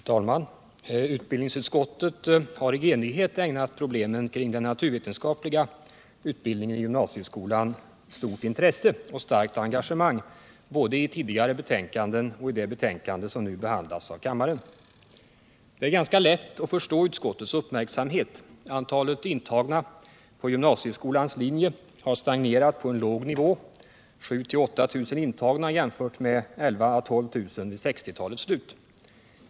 Herr talman! Utbildningsutskottet har i enighet ägnat problemen kring den naturvetenskapliga utbildningen i gymnasieskolan stort intresse och starkt engagemang, både i tidigare betänkanden och i det betänkande som nu behandlas av kammaren. Det är ganska lätt att förstå utskottets uppmärksamhet. Antalet intagna på gymnasieskolans naturvetenskapliga linje har stagnerat på en låg nivå, 7 /000-8 000 intagna mot 11 000-12 000 vid 1960-talets slut.